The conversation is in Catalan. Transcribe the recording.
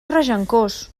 regencós